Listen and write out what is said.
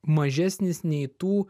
mažesnis nei tų